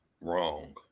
wrong